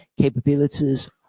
capabilities